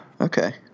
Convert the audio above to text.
Okay